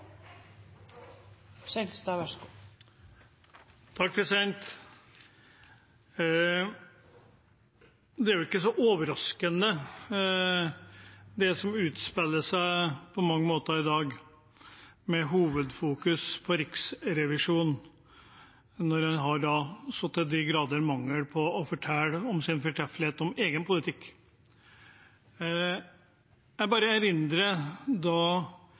Det er ikke så overraskende, det som på mange måter utspiller seg i dag, med hovedfokus på Riksrevisjonen, når en så til de grader unnlater å fortelle om sin egen politikks fortreffelighet.